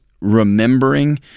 remembering